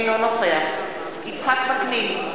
אינו נוכח יצחק וקנין,